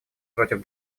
против